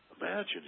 imagine